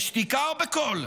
בשתיקה או בקול.